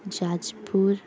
Jajpur